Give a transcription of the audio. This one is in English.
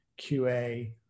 QA